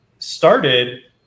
started